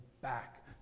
back